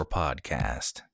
podcast